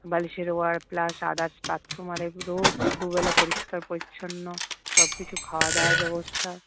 বালিশের ওয়ার plus others bathroom আর এগুলো দুবেলা পরিষ্কার পরিচ্ছন্ন সব কিছু খাওয়া দাওয়ার ব্যবস্থা